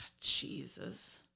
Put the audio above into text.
Jesus